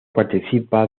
participa